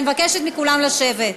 אני מבקשת מכולם לשבת.